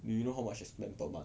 you know how much you spend per month